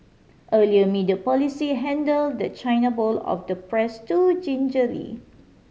earlier media policy handle the China bowl of the press too gingerly